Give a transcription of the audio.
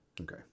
Okay